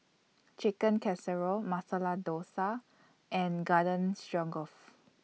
Chicken Casserole Masala Dosa and Garden Stroganoff